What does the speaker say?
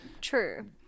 true